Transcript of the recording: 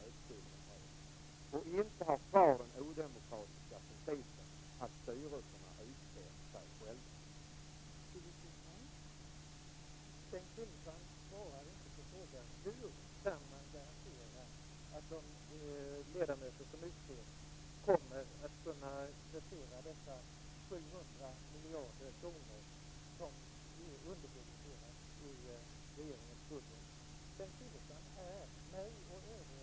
När det gäller samma principer för tillsättande av styrelseledamöter ställs det redan i dag samma krav på de representanter som staten utser i alla forskningsorgan. Det är ingenting konstigt med det. Jag vill klargöra ytterligare en sak i denna avslutande replik.